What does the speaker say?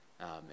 Amen